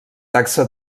taxa